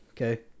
Okay